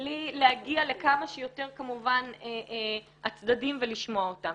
בלי להגיע לכמה שיותר, כמובן, הצדדים ולשמוע אותם.